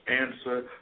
answer